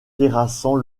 terrassant